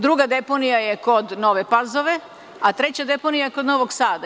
Druga deponija je kod Nove Pazove, a treća deponija kod Novog Sada.